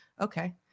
Okay